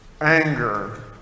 anger